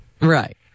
Right